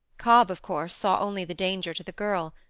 cobb, of course, saw only the danger to the girl.